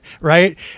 right